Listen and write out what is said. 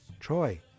Troy